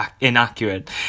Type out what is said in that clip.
inaccurate